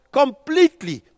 completely